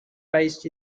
based